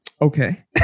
okay